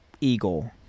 eagle